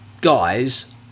guys